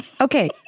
Okay